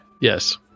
Yes